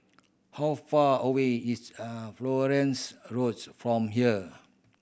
how far away is a Florence Roads from here